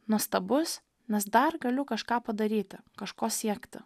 nuostabus nes dar galiu kažką padaryti kažko siekti